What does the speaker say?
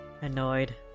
Annoyed